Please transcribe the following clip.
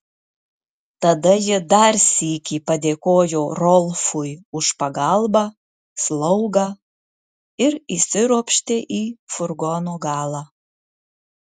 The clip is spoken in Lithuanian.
tada ji dar sykį padėkojo rolfui už pagalbą slaugą ir įsiropštė į furgono galą